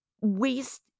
waste